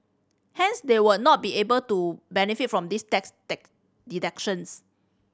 hence they would not be able to benefit from these tax deductions